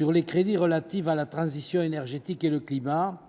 aux crédits relatifs à la transition énergétique et au climat,